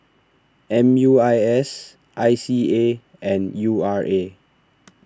M U I S I C A and U R A